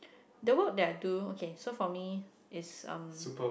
the work that I do okay so for me is um